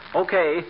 okay